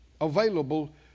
available